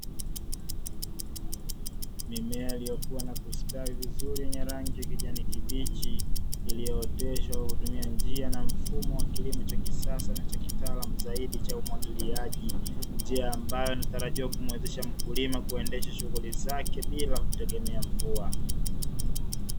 Mimea iliyokuwa na kustawi vizuri yenye rangi ya kijani kibichi iliyooteshwa kutumia njia na mfumo wa kilimo cha kisasa, na cha kitaalamu zaidi cha umwagiliaji njia ambayo inatatarajiwa kumwezesha mkulima, kuendesha shughuli zake bila kutegemea mvua.